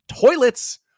toilets